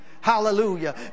Hallelujah